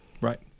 Right